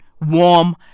warm